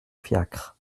fiacre